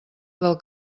del